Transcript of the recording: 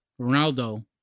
Ronaldo